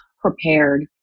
prepared